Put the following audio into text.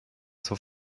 zur